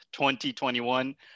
2021